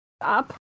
up